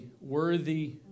worthy